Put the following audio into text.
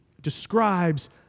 describes